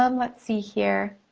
um let's see here.